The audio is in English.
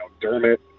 dermot